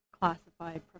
classified